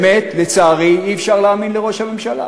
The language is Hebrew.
באמת, לצערי, אי-אפשר להאמין לראש הממשלה.